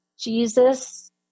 Jesus